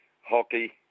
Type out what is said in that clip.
hockey